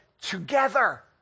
together